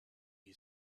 new